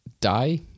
die